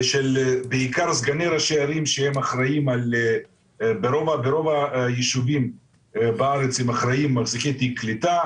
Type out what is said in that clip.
בעיקר של סגני ראשי הערים שברוב היישובים בארץ הם מחזיקי תיק הקליטה,